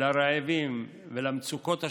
לרעבים ולמצוקות השונות,